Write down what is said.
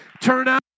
turnout